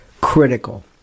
critical